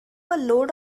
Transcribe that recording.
load